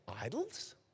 Idols